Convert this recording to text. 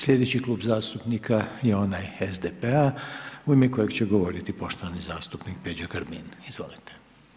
Slijedeći Klub zastupnika je onaj SDP-a u ime kojeg će govoriti poštovani zastupnik Peđa Grbin, izvolite.